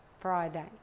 Friday